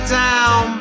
down